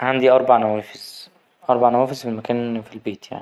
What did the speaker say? عندي أربع نوافذ، أربع نوافذ في المكان في البيت يعني.